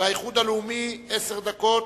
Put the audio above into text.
האיחוד הלאומי, עשר דקות,